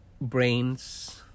brains